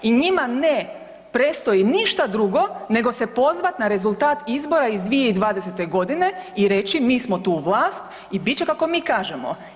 I njima ne predstoji ništa drugo nego se pozvati na rezultat izbora iz 2020. godine i reći mi smo tu vlast i bit će kako mi kažemo.